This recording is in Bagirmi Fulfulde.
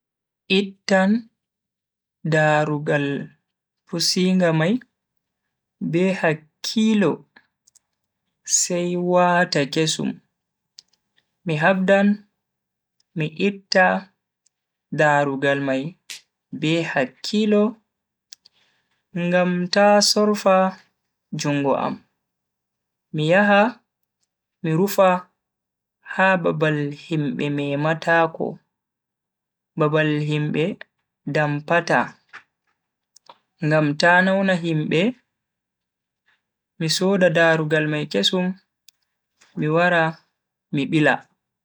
Ittan darugal pusinga mai be hakkilo sai wata kesum. Mi habdan MI itta darugal mai be hakkilo ngam ta sorfa jungo am, mi yaha MI rufa ha babal himbe memata ko babal himbe dampata ngam ta nauna himbe, mi soda darugal mai kesum mi wara mi bila.